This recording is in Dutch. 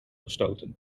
gestoten